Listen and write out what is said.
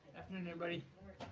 afternoon, everybody.